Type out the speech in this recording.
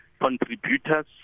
contributors